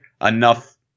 enough